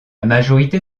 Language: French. majorité